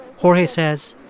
jorge says,